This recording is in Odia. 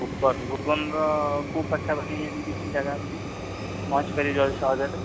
ଭୂବନ ଭୂବନର କେଉଁ ପାଖାପାଖି ଯଦି କିଛି ଜାଗା ଅଛି ପହଞ୍ଚିପାରିବି ଜଲ୍ଦି ସହଜରେ